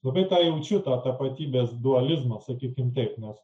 labai jaučiu tą tapatybės dualizmą sakykimtaip nes